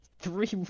three